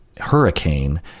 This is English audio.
hurricane